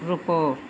रुको